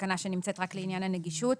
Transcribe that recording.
שנמצאת רק לעניין הנגישות.